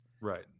Right